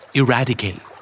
eradicate